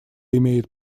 имеет